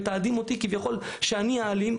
מתעדים אותי כביכול שאני האלים,